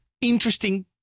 interesting